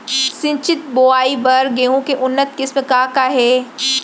सिंचित बोआई बर गेहूँ के उन्नत किसिम का का हे??